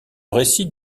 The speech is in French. récit